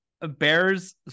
Bears